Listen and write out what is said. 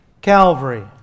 Calvary